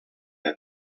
have